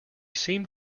seemed